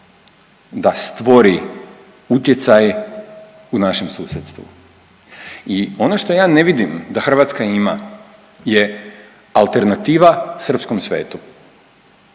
da stvori utjecaj u našem susjedstvu. I ono što ja ne vidim da Hrvatska ima je alternativa srpskom svetu,